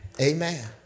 amen